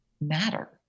matter